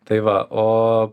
tai va o